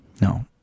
no